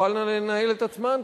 תוכלנה לנהל את עצמן,